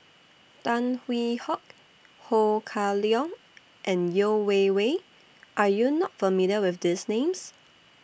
Tan Hwee Hock Ho Kah Leong and Yeo Wei Wei Are YOU not familiar with These Names